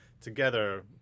together